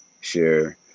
share